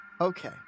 Okay